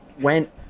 went